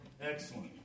Excellent